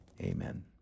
Amen